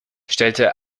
stellte